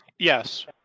Yes